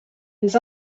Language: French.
les